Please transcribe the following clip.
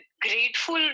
grateful